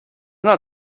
not